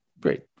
Great